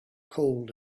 cold